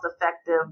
effective